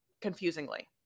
confusingly